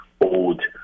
old